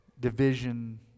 division